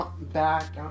back